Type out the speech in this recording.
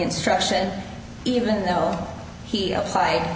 instruction even though he applied